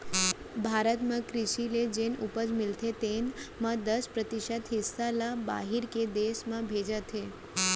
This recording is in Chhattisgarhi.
भारत म कृसि ले जेन उपज मिलथे तेन म दस परतिसत हिस्सा ल बाहिर के देस में भेजत हें